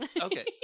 okay